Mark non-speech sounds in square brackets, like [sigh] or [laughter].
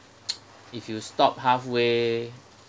[noise] if you stop halfway